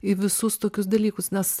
į visus tokius dalykus nes